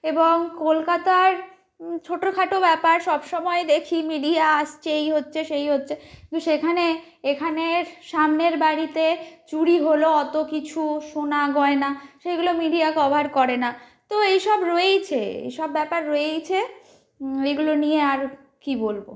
এবং কলকাতার ছোটখাটো ব্যাপার সব সময় দেখি মিডিয়া আসছে এই হচ্ছে সেই হচ্ছে কিন্তু সেখানে এখানের সামনের বাড়িতে চুরি হল অত কিছু সোনা গয়না সেইগুলো মিডিয়া কভার করে না তো এই সব রয়েইছে এসব ব্যাপার রয়েইছে এগুলো নিয়ে আর কী বলব